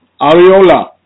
Ariola